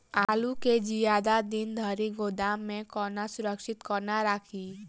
आलु केँ जियादा दिन धरि गोदाम मे कोना सुरक्षित कोना राखि?